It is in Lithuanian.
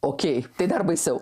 okei tai dar baisiau